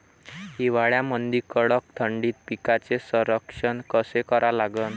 हिवाळ्यामंदी कडक थंडीत पिकाचे संरक्षण कसे करा लागन?